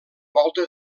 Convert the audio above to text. volta